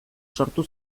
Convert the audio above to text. sortu